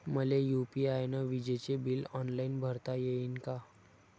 मले यू.पी.आय न विजेचे बिल ऑनलाईन भरता येईन का?